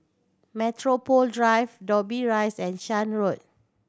Metropole Drive Dobbie Rise and Shan Road